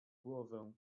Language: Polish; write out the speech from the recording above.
głowę